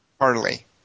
Harley